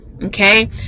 Okay